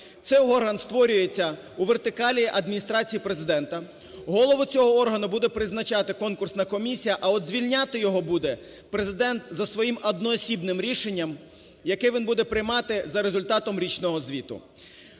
Цей орган створюється у вертикалі Адміністрації Президента. Голову цього органу буде призначати конкурсна комісія, а от звільняти його буде Президент за своїм одноосібним рішенням, яке він буде приймати за результатом річного звіту.